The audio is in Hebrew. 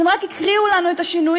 אז הם רק הקריאו לנו את השינויים,